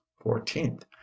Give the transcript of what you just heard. fourteenth